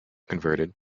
converted